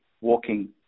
walking